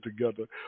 together